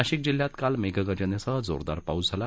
नाशिक जिल्ह्यात काल मेघगर्जनेसह जोरदार पाऊस झाला